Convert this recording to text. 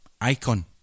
icon